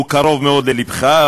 והוא קרוב מאוד ללבך,